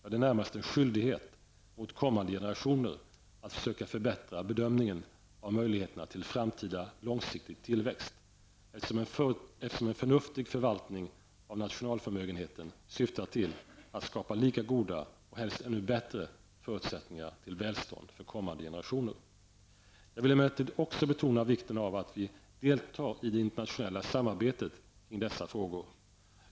Ja, det är närmast en skyldighet gentemot kommande generationer att försöka förbättra bedömningen av möjligheterna till en framtida långsiktig tillväxt, eftersom en förnuftig förvaltning av nationalförmögenheten syftar till att skapa lika goda -- och helst ännu bättre -- förutsättningar för välstånd för kommande generationer. Jag vill emellertid också betona vikten av att vi deltar i det internationella samarbetet kring dessa frågor.